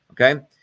okay